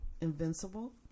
invincible